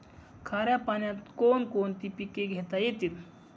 खाऱ्या पाण्यात कोण कोणती पिके घेता येतील?